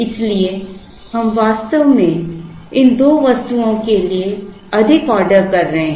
इसलिए हम वास्तव में इन दो वस्तुओं के लिए अधिक ऑर्डर कर रहे हैं